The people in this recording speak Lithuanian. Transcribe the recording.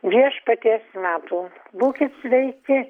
viešpaties metų būkit sveiki